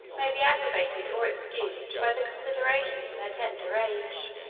may be aggravated, or excused, by the consideration of her tender age.